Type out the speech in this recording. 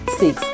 six